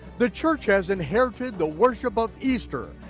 the church has inherited the worship of easter,